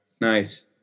nice